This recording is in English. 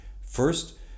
First